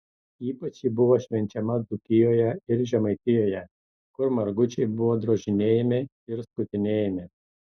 ypač ji buvo švenčiama dzūkijoje ir žemaitijoje kur margučiai buvo drožinėjami ir skutinėjami